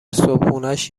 صبحونههاش